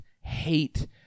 hate